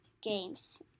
games